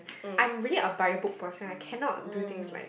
I'm really a by the book person I cannot do things like